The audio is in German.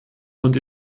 und